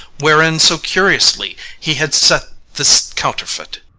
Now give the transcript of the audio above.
wherein so curiously he had set this counterfeit.